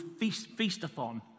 Feastathon